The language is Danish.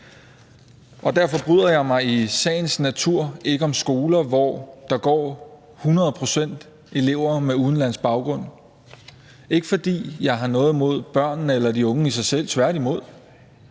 er. Derfor bryder jeg mig i sagens natur ikke om skoler, hvor der går 100 pct. elever med udenlandsk baggrund. Det er ikke, fordi jeg har noget mod børnene eller de unge i sig selv – tværtimod.